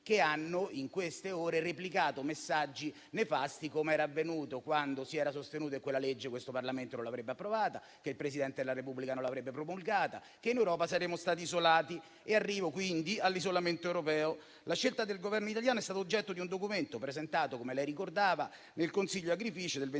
che hanno in queste ore replicato messaggi nefasti, come era avvenuto quando si era sostenuto che questo Parlamento non avrebbe approvato quella legge, che il Presidente della Repubblica non l'avrebbe promulgata, che in Europa saremmo stati isolati. Arrivo quindi all'isolamento europeo. La scelta del Governo italiano è stata oggetto di un documento presentato - come lei ricordava - nel Consiglio Agrifish del 23